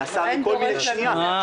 נעשה מכל מיני ------ די,